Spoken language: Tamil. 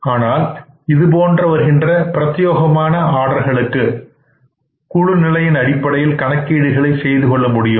ஆனால் இதுபோல் வருகின்ற பிரத்தியோகமான ஆர்டர்களுக்கு குழு நிலையின் அடிப்படையில் கணக்கீடுகளை செய்துகொள்ள முடியும்